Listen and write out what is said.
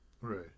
right